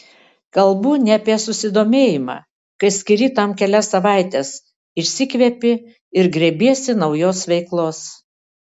kalbu ne apie susidomėjimą kai skiri tam kelias savaites išsikvepi ir grėbiesi naujos veiklos